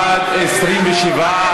אתם פשוט שקרנים.